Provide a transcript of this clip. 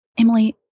Emily